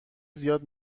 زیاد